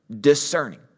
discerning